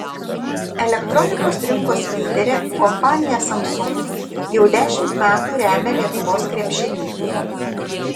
elektronikos rinkos lyderė kompanija samsung jau dešimt metų remia lietuvos krepšinį